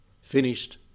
Finished